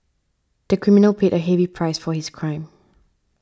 the criminal paid a heavy price for his crime